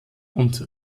und